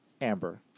Amber